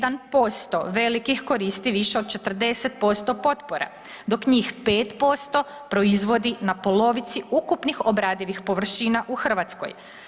1% velikih koristi više od 40% potpora dok njih 5% proizvodi na polovici ukupnih obradivih površina u Hrvatskoj.